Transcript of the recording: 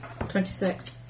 26